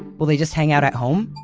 will they just hang out at home?